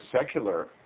secular